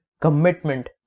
commitment